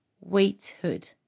weight-hood